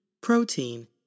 Protein